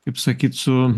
kaip sakyt su